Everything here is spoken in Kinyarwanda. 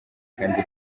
kandi